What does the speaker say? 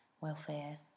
welfare